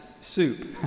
soup